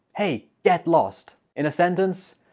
hey get lost! in a sentence,